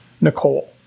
Nicole